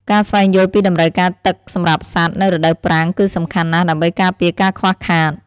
ការស្វែងយល់ពីតម្រូវការទឹកសម្រាប់សត្វនៅរដូវប្រាំងគឺសំខាន់ណាស់ ដើម្បីការពារការខ្វះខាត។